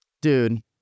Dude